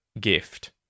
gift